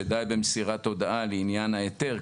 שדי במסירת הודעה לעניין ההיתר,